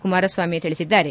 ಕುಮಾರಸ್ವಾಮಿ ತಿಳಿಸಿದ್ದಾರೆ